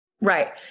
Right